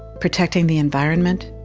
protecting the environment.